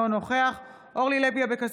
אינו נוכח אורלי לוי אבקסיס,